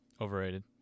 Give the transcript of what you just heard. Overrated